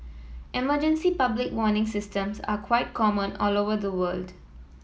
emergency public warning systems are quite common all over the world